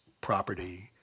property